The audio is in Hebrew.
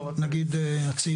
נגיד הצעירים.